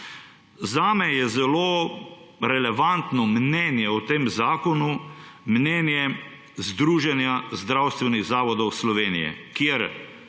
Zame je zelo relevantno mnenje o tem zakonu mnenje Združenja zdravstvenih zavodov Slovenije, kjer